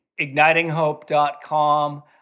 Ignitinghope.com